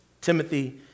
Timothy